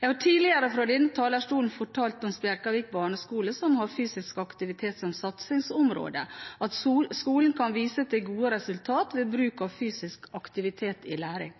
Jeg har tidligere fra denne talerstolen fortalt om Spjelkavik barneskole, som har fysisk aktivitet som satsingsområde – skolen kan vise til gode resultater ved bruk av fysisk aktivitet i læring.